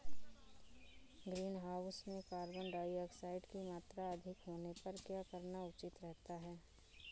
Greenhouse में carbon dioxide की मात्रा अधिक होने पर क्या करना उचित रहता है?